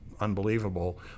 unbelievable